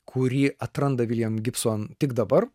kuri atranda william gibson tik dabar